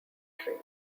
trees